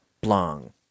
Blanc